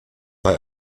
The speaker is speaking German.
bei